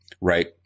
right